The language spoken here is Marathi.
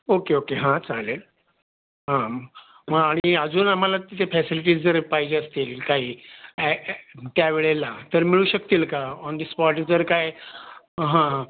ओके ओके हां चालेल मग आणि अजून आम्हाला तिथे फॅसिलिटीज जर पाहिजे असतील काही अॅ अॅ त्यावेळेला तर मिळू शकतील का ऑन दि स्पॉट जर काय हां